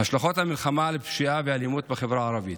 השלכות המלחמה על פשיעה ואלימות בחברה הערבית,